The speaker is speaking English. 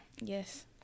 Yes